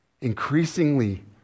Increasingly